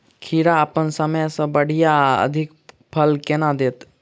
खीरा अप्पन समय सँ बढ़िया आ अधिक फल केना देत?